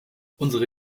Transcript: unsere